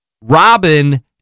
Robin